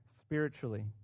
spiritually